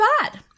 bad